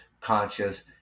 conscious